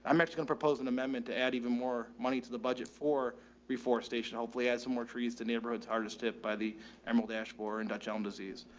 i'm actually gonna propose an amendment to add even more money to the budget for reforestation. hopefully add some more trees to neighborhoods, hardest hit by the emerald ash borer and dutch elm disease.